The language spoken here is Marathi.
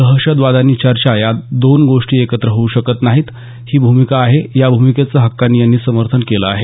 दहशतवाद आणि चर्चा या दोन गोष्टी एकत्र होऊ शकत नाहीत ही भूमिका आहे या भूमिकेचंचं हक्कानी यांनी समर्थन केलं आहे